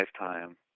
lifetime